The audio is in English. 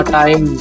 time